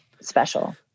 special